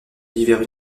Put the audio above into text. divers